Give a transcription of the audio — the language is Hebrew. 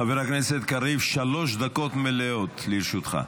חבר הכנסת קריב, שלוש דקות מלאות לרשותך.